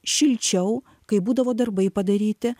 šilčiau kai būdavo darbai padaryti